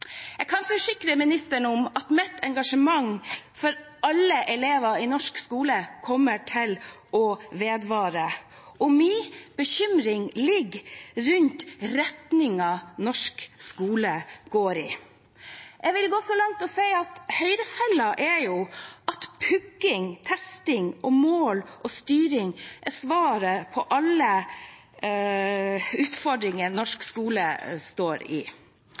Jeg kan forsikre kunnskapsministeren om at mitt engasjement for alle elever i norsk skole kommer til å vedvare. Min bekymring dreier seg om retningen norsk skole går i. Jeg vil gå så langt som til å si at Høyre-fellen er at pugging, testing, mål og styring er svaret på alle utfordringer norsk skole står i.